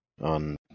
on